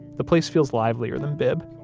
the place feels livelier than bibb.